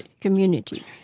community